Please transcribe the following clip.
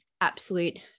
absolute